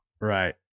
Right